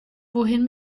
wohin